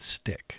stick